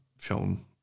shown